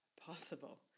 possible